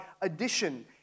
addition